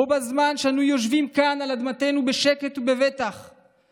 בזמן שאנו יושבים כאן על אדמתנו בשקט ובבטחה,